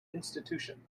institution